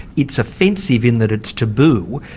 it's offensive in that it's taboo.